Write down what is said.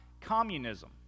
communism